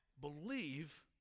believe